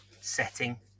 setting